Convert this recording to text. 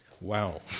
Wow